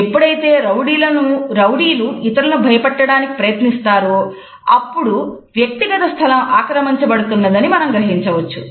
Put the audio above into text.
ఎప్పుడైతే రౌడీలు ఇతరులను భయపెట్టడానికి ప్రయత్నిస్తారో అప్పుడు వ్యక్తిగత స్థలం ఆక్రమించబడుతున్నదని మనం గ్రహించ వచ్చు